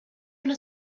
una